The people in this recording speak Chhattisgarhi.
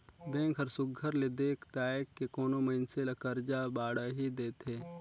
बेंक हर सुग्घर ले देख ताएक के कोनो मइनसे ल करजा बाड़ही देथे